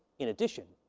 in addition,